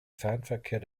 fernverkehr